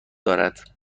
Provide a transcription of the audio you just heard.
دارد